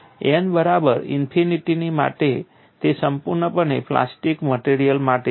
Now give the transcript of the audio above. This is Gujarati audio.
n બરાબર ઇન્ફિનિટીની માટે તે સંપૂર્ણ પણે પ્લાસ્ટિક મટેરીઅલ માટે છે